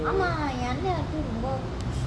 ஆமா ஏன் அன்னான் வந்து ரொம்ப:ama yean annan vanthu romba